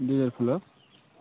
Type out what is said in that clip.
ଦୁଇ ହଜାର ଫୁଲ